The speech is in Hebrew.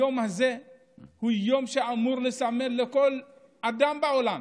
היום הזה הוא יום שאמור לסמן לכל אדם בעולם,